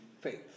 faith